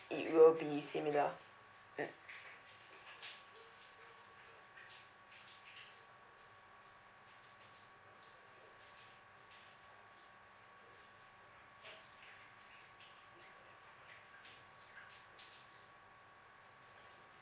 it will be similar mm